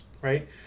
right